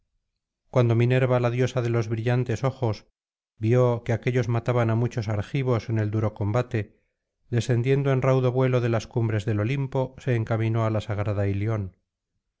cuando minerva la diosa de los brillantes ojos vio que aquellos mataban á muchos argivos en el duro combate descendiendo en raudo vuelo de las cumbres del olimpo se encaminó á la sagrada ihón